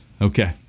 okay